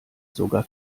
sogar